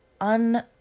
un-